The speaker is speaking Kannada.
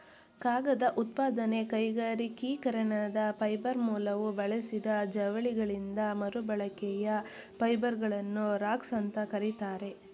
ಕಾಗದ ಉತ್ಪಾದನೆ ಕೈಗಾರಿಕೀಕರಣದ ಫೈಬರ್ ಮೂಲವು ಬಳಸಿದ ಜವಳಿಗಳಿಂದ ಮರುಬಳಕೆಯ ಫೈಬರ್ಗಳನ್ನು ರಾಗ್ಸ್ ಅಂತ ಕರೀತಾರೆ